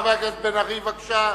חבר הכנסת מיכאל בן-ארי, בבקשה.